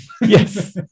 yes